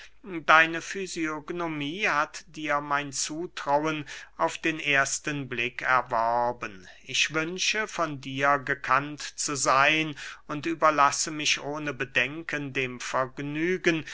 deine fysionomie hat dir mein zutrauen auf den ersten blick erworben ich wünsche von dir gekannt zu seyn und überlasse mich ohne bedenken dem vergnügen